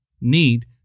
Need